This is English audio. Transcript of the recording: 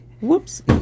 Whoops